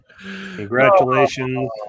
congratulations